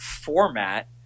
format